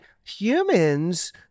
humans